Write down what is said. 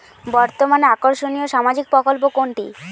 বর্তমানে আকর্ষনিয় সামাজিক প্রকল্প কোনটি?